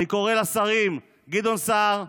אני קורא לשרים גדעון סער,